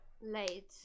late